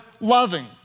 loving